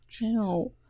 No